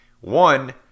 one